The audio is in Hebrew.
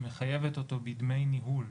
היא מחייבת אותו בדמי ניהול.